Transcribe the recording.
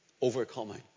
Overcoming